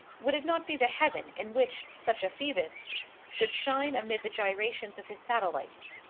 would it not be the heaven in which such a phoebus should shine amidst the gyrations of his satellites?